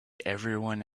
everyone